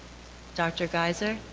dr. geizer?